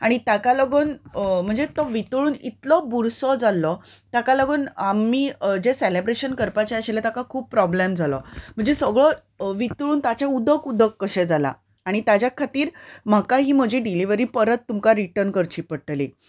आनी ताका लागून म्हणजे तो वितळून इतलो बुरसो जाल्लो ताका लागून आमी जें सॅलॅब्रेशन करपाचें आशिल्लें ताका खूब प्रॉब्लेम जालो म्हणजे सगळो वितळून ताचें उदक उदक कशें जालां आनी ताज्या खातीर म्हाका ही म्हजी डिलिवरी परत तुमकां रिटर्न करची पडटली